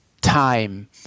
time